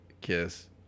Kiss